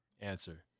answer